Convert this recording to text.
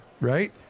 right